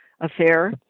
affair